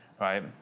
right